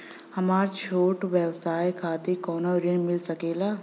हमरे छोट व्यवसाय खातिर कौनो ऋण मिल सकेला?